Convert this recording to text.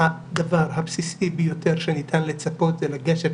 הדבר הבסיסי ביותר שניתן לצפות זה לגשת